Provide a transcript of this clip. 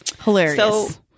Hilarious